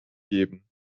geben